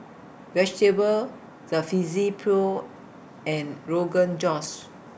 Vegetable Jalfrezi Pho and Rogan Josh